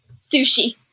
Sushi